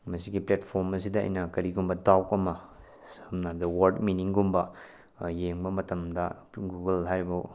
ꯃꯁꯤꯒꯤ ꯄ꯭ꯂꯦꯠꯐ꯭ꯣꯔꯝ ꯑꯁꯤꯗ ꯑꯩꯅ ꯀꯔꯤꯒꯨꯝꯕ ꯗꯥꯎꯠ ꯑꯃ ꯁꯝꯅ ꯍꯥꯏꯕꯗ ꯋꯥꯔꯠ ꯃꯤꯅꯤꯡꯒꯨꯝꯕ ꯌꯦꯡꯕ ꯃꯇꯝꯗ ꯒꯨꯒꯜ ꯍꯥꯏꯔꯤꯕ